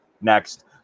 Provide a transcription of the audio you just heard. next